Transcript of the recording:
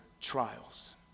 trials